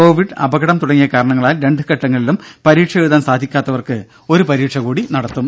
Covid അപകടം തുടങ്ങിയ കാരണങ്ങളാൽ രണ്ട് ഘട്ടങ്ങളിലും പരീക്ഷ എഴുതാൻ സാധിക്കാത്തവർക്ക് ഒരു പരീക്ഷ കൂടി നടത്തും